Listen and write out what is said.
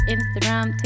Instagram